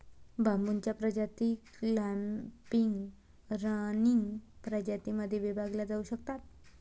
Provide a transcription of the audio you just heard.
बांबूच्या प्रजाती clumping, running प्रजातीं मध्ये विभागल्या जाऊ शकतात